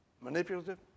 Manipulative